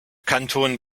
kanton